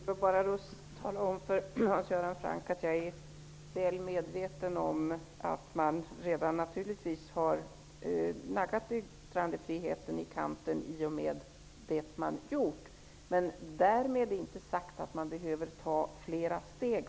Herr talman! Låt mig bara tala om för Hans Göran Franck att jag är väl medveten om att man redan har naggat yttrandefriheten i kanten genom det som redan är gjort. Men därmed är inte sagt att man för närvarande behöver ta flera steg.